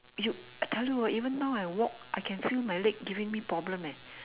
you I tell you ah even now I walk I can feel my leg giving me problem eh